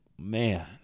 man